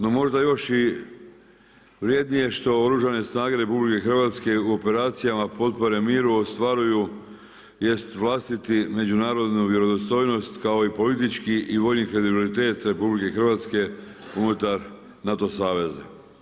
No možda još i vrjednije što Oružane snage RH u operacijama potpore miru ostvaruju jest vlastitu međunarodnu vjerodostojnost kao i politički i vojni kredibilitet RH unutar NATO saveza.